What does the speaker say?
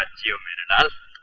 to us.